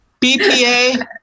BPA